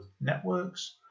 networks